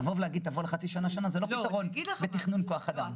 ליצור פתרון שיביא אותה רק לשנה הוא לא פתרון לתכנון כוח אדם.